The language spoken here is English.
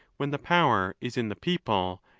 when the power is in the people,